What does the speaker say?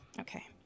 Okay